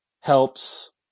helps